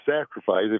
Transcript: sacrifice